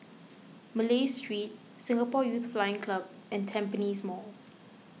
Malay Street Singapore Youth Flying Club and Tampines Mall